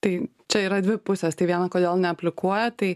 tai čia yra dvi pusės tai viena kodėl neaplikuoja tai